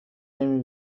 نمی